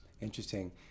Interesting